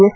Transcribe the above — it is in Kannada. ಎಸ್